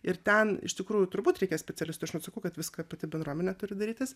ir ten iš tikrųjų turbūt reikia specialistų aš nesakau kad viską pati bendruomenė turi darytis